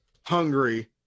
Hungry